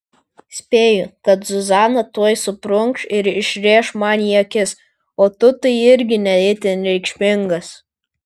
spėju kad zuzana tuoj suprunkš ir išrėš man į akis o tu tai irgi ne itin reikšmingas